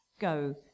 Go